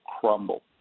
crumble